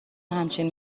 همچین